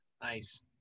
Nice